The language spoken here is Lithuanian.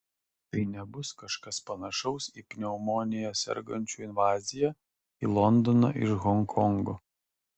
tai nebus kažkas panašaus į pneumonija sergančių invaziją į londoną iš honkongo